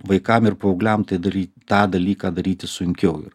vaikam ir paaugliam tai daryti tą dalyką daryti sunkiau yra